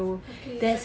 okay